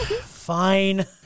fine